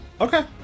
okay